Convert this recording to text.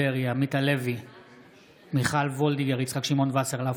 אינו נוכח בועז ביסמוט, אינו נוכח ולדימיר בליאק,